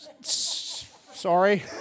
Sorry